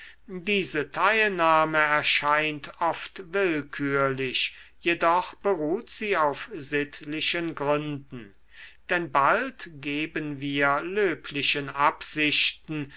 diese teilnahme erscheint oft willkürlich jedoch beruht sie auf sittlichen gründen denn bald geben wir löblichen absichten